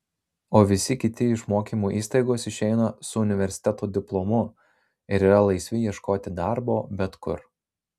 o visi kiti iš mokymo įstaigos išeina su universiteto diplomu ir yra laisvi ieškoti darbo bet kur